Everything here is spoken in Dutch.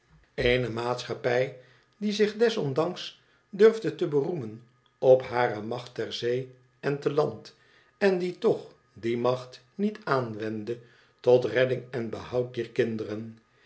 e maatschappij die zich des ondanks durfde te beroemen op hare macht ter zee en te land en die toch die macht niet aanwendde tot redding en behoud dier kinderen